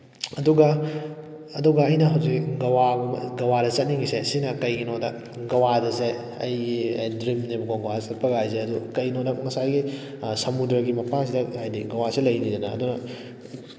ꯑꯗꯨꯒ ꯑꯗꯨꯒ ꯑꯩꯅ ꯍꯧꯖꯤꯛ ꯒꯋꯥꯒꯨꯝꯕ ꯒꯋꯥꯗ ꯆꯠꯅꯤꯡꯉꯤꯁꯦ ꯁꯤꯅ ꯀꯔꯤꯒꯤꯅꯣꯗ ꯒꯋꯥꯁꯦ ꯑꯩꯒꯤ ꯗ꯭ꯔꯤꯝꯅꯦꯕꯀꯣ ꯒꯋꯥ ꯆꯠꯄꯀꯥꯏꯁꯦ ꯑꯗꯨ ꯀꯩꯅꯣ ꯉꯁꯥꯏꯒꯤ ꯁꯃꯨꯗ꯭ꯔꯒꯤ ꯃꯄꯥꯟꯁꯤꯗ ꯍꯥꯏꯕꯗꯤ ꯒꯋꯥꯁꯦ ꯂꯩꯗꯅ ꯑꯗꯨꯅ